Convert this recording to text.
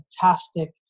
fantastic